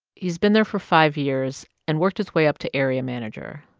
he's been there for five years and worked his way up to area manager.